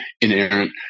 inerrant